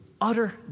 utter